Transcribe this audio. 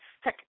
heck